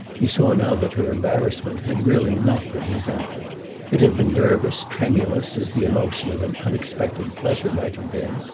he saw now that her embarrassment had really not been resentful it had been nervous, tremulous, as the emotion of an unexpected pleasure might have been.